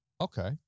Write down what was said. Okay